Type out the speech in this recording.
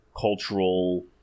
cultural